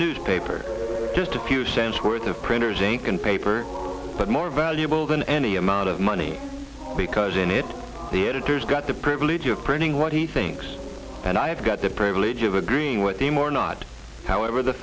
newspaper just a few cents worth of printers ink and paper but more valuable than any amount of money because in it the editors got the privilege of printing what he thinks and i've got the privilege of agreeing with him or not however the